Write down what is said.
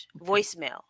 voicemail